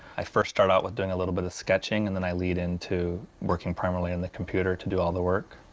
i first start out with doing a little bit of sketching, and then i lead into working primarily on the computer to do all the work,